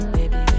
Baby